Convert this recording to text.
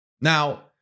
Now